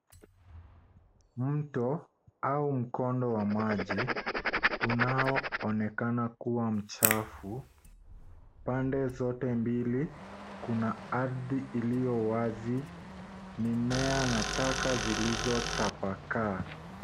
Mto au mkondo wa maji unaoonekana kuwa mchafu, pande zote mbili kuna ardhi iliowazi, mimea na taka zilizotapakaa.